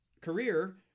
career